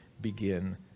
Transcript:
begin